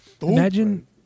Imagine